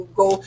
go